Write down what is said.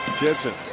Jensen